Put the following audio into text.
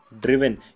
driven